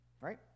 Right